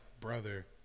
brother